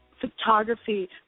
photography